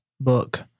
book